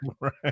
right